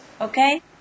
okay